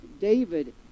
David